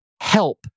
help